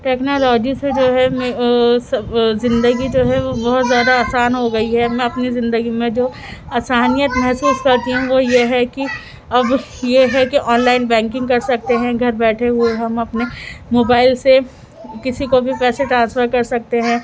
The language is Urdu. ٹکنالوجی سے جو ہے زندگی جو ہے وہ بہت زیادہ آسان ہو گئی ہے میں اپنی زندگی میں جو آسانیت محسوس کرتی ہوں وہ یہ ہے کہ اب یہ ہے کہ آن لائن بینکنگ کر سکتے ہیں گھر بیٹھے ہوئے ہم اپنے موبائل سے کسی کو بھی پیسے ٹرانسفر کر سکتے ہیں